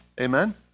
amen